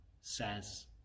says